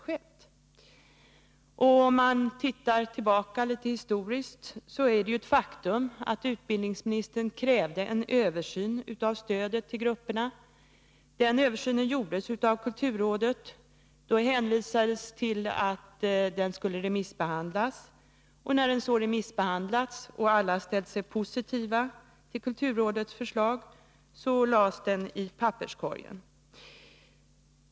Om man gör en liten historisk tillbakablick, finner man att det är ett faktum att utbildningsministern krävde en översyn av stödet till grupperna. Den översynen gjordes av kulturrådet. Man hänvisade sedan till att kulturrådets förslag skulle remissbehandlas. När så kulturrådets förslag remissbehandlats och alla ställt sig positiva till förslaget, hamnade detsamma i papperskorgen.